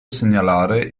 segnalare